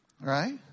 right